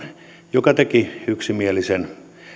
joka teki yksimielisen